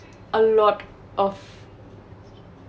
a lot of